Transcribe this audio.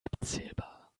abzählbar